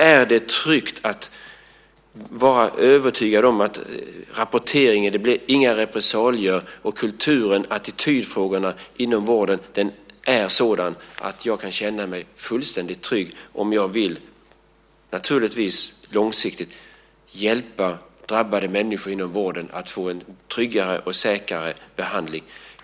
Är det tryggt? Kan man vara övertygad om att det inte blir några repressalier av rapporteringen? Är kulturen och attitydfrågorna inom vården sådan att jag kan känna mig fullständigt trygg om jag vill långsiktigt hjälpa drabbade människor inom vården att få en tryggare och säkrare behandling?